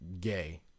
gay